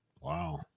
Wow